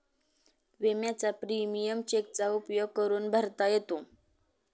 विम्याचा प्रीमियम चेकचा उपयोग करून भरता येतो